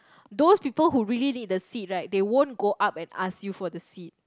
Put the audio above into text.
those people who really need the seat right they won't go up and ask you for the seat